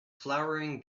flowering